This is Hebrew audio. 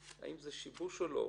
האם זה שיבוש או לא?